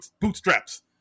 bootstraps